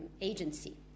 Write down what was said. agency